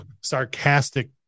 sarcastic